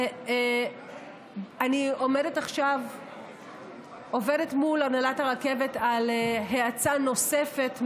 אני עובדת מול הנהלת הרכבת על האצה נוספת,